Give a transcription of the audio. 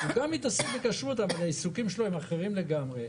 תמשיכי, לירון, תודה.